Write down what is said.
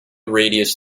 radius